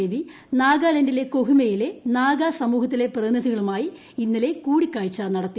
രവി നാഗാലാൻഡിലെ കൊഹിമ യിലെ നാഗാ സമൂഹത്തിലെ പ്രതിനിധികളുമായി ഇന്നലെ കൂടിക്കാഴ്ച നടത്തി